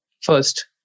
first